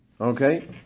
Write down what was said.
Okay